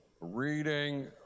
Reading